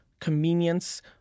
convenience